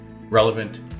relevant